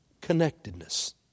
connectedness